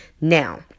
now